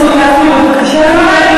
אז למה אתם משרתים פחות?